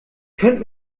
könnt